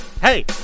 Hey